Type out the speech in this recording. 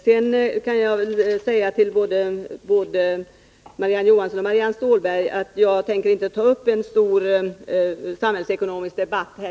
Sedan kan jag säga till både Marie-Ann Johansson och Marianne Stålberg att jag inte tänker ta upp en stor samhällsekonomisk debatt.